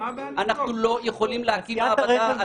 אנחנו לא יכולים להקים מעבדה.